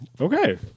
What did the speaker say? Okay